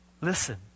Listen